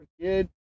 kid